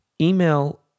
Email